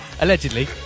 Allegedly